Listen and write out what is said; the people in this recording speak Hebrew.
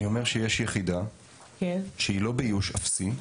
אני אומר שיש יחידה שהיא לא באיוש אפסי,